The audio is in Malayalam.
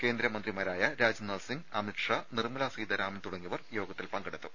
കേന്ദ്രമന്ത്രിമാരായ രാജ്നാഥ് സിങ്ങ് അമിത്ഷാ നിർമ്മലാ സീതാരാമൻ തുടങ്ങിയവർ യോഗത്തിൽ പങ്കെടുത്തു